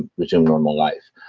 resume normal life.